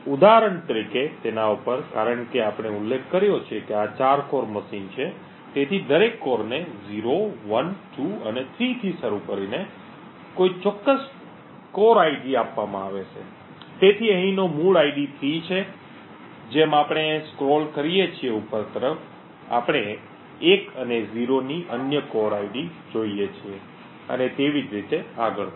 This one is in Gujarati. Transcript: ઉદાહરણ તરીકે તેના ઉપર કારણ કે આપણે ઉલ્લેખ કર્યો છે કે આ 4 કોર મશીન છે તેથી દરેક કોરને 0 1 2 અને 3 થી શરૂ કરીને કોઈ ચોક્કસ કોર આઈડી આપવામાં આવે છે તેથી અહીંનો મૂળ ID 3 છે અને જેમ આપણે સ્ક્રોલ કરીએ છીએ ઉપર તરફ આપણે 1 અને 0 ની અન્ય કોર ID જોઈએ છીએ અને તેવી જ રીતે આગળ પણ